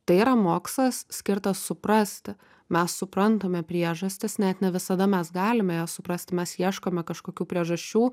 tai yra mokslas skirtas suprasti mes suprantame priežastis net ne visada mes galime jas suprasti mes ieškome kažkokių priežasčių